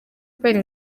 kubera